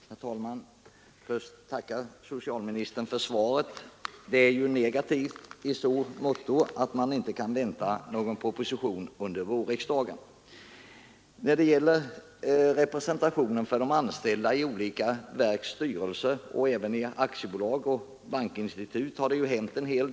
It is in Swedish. Herr talman! Jag ber först att få tacka herr socialministern för svaret på min enkla fråga. Det är ju negativt i så måtto att vi inte kan vänta någon proposition under vårriksdagen. När det gäller representationen för de anställda i olika verksstyrelser och även i aktiebolag och bankinstitut har det hänt en del.